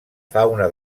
fauna